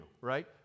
right